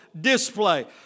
display